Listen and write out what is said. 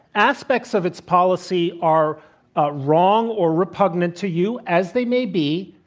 aspects of its policy are ah wrong or repugnant to you, as they may be.